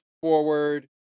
forward